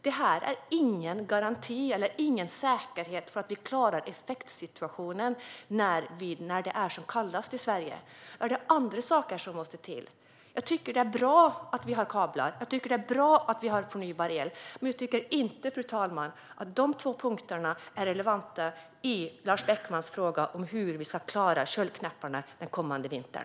Det ger ingen garanti eller säkerhet för att vi klarar effektsituationen när det är som kallast i Sverige. Då är det andra saker som måste till. Jag tycker att det är bra att vi har kablar. Jag tycker att det är bra att vi har förnybar el. Men jag tycker inte, fru talman, att de två punkterna är relevanta för Lars Beckmans fråga om hur vi ska klara köldknäpparna den kommande vintern.